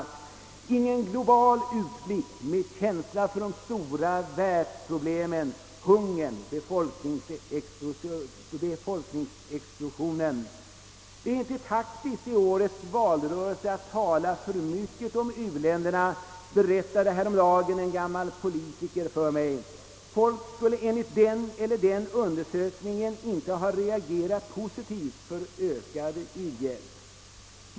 Det finns ingen global utblick med känsla för de stora världsproblemen — hungern och befolkningsexplosionen. Det är inte taktiskt att i årets valrörelse tala om u-länderna, berättade häromdagen en gammal politiker för mig. Folk skulle enligt den eller den undersökningen inte ha reagerat positivt för ökad u-hjälp.